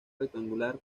rectangular